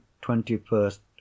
twenty-first